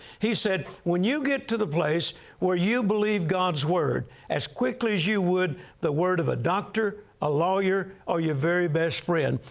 he said, when you get to the place where you believe god's word as quickly as you would the word of a doctor, a lawyer, or your very best friend,